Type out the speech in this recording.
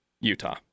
Utah